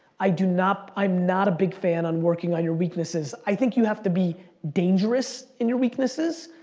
i do not, i'm not a big fan on working on your weaknesses. i think you have to be dangerous in your weaknesses,